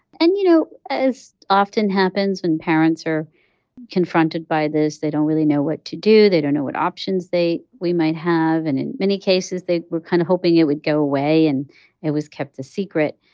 and, you know, as often happens when parents are confronted by this, they don't really know what to do. they don't know what options they we might have and in many cases, they were kind of hoping it would go away. and it was kept a secret.